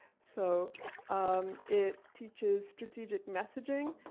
so um it teaches strategic messaging,